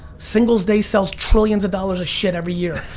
singles day sells trillions of dollars of shit every year,